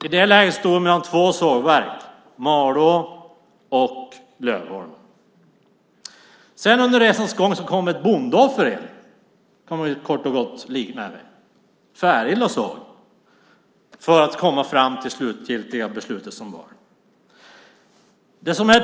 I det läget stod det mellan två sågverk, Malå och Lövholmen. Under resans gång kom ett bondeoffer in - kan vi kort och gott likna det vid - Färilasågen, för att komma fram till det slutgiltiga beslutet.